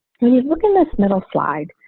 we look in this middle slide.